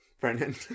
Brennan